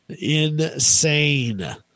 Insane